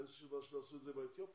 אין סיבה שלא יעשו את זה עם האתיופים.